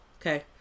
Okay